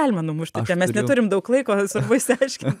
galima numušti ten mes neturim daug laiko svarbu išsiaiškint